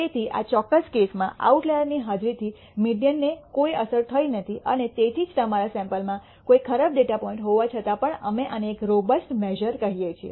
તેથી આ ચોક્કસ કેસમાં આઉટલાયર ની હાજરીથી મીડીઅનને કોઈ અસર થઈ નથી અને તેથી જ તમારા સૈમ્પલ માં કોઈ ખરાબ ડેટા પોઇન્ટ હોવા છતાં પણ અમે આને એક રોબસ્ટ મેશ઼ર કહીએ છીએ